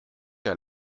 der